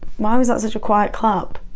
why was that such a quiet clap?